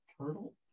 Turtle